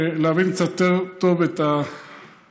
ולהבין קצת יותר טוב את הבעיות,